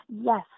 Yes